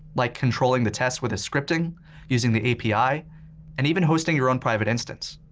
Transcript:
like controlling the test with a scripting using the api and even hosting your own private instance.